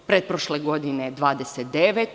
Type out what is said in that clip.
Pretprošle godine 29.